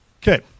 Okay